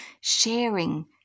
sharing